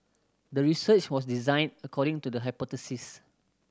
the research was designed according to the hypothesis